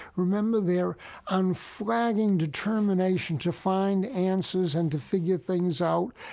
remember their unflagging determination to find answers and to figure things out.